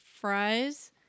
fries